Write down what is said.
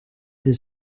his